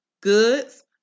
goods